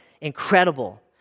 incredible